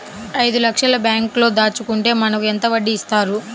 ఐదు లక్షల బ్యాంక్లో దాచుకుంటే మనకు ఎంత వడ్డీ ఇస్తారు?